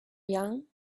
young